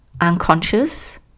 unconscious